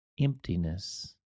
emptiness